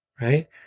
right